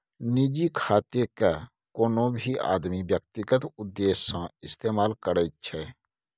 निजी खातेकेँ कोनो भी आदमी व्यक्तिगत उद्देश्य सँ इस्तेमाल करैत छै